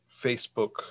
Facebook